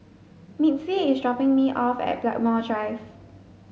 Mitzi is dropping me off at Blackmore Drive